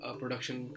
production